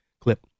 clip